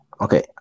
Okay